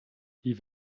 die